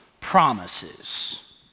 promises